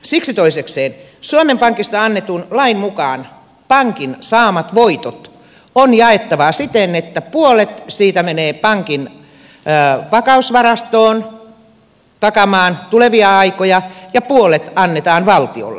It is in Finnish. siksi toisekseen suomen pankista annetun lain mukaan pankin saamat voitot on jaettava siten että puolet menee pankin vakausvarastoon takaamaan tulevia aikoja ja puolet annetaan valtiolle